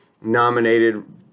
nominated